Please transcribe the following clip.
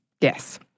Yes